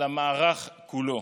על המערך כולו.